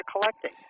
collecting